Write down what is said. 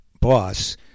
boss